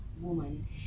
woman